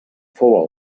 fou